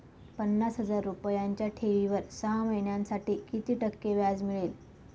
पन्नास हजार रुपयांच्या ठेवीवर सहा महिन्यांसाठी किती टक्के व्याज मिळेल?